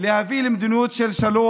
שאתם פה.